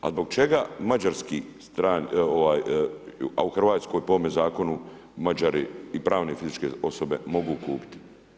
A zbog čega mađarski, a u Hrvatskoj po ovome zakonu Mađari i pravne i fizičke osobe mogu kupiti?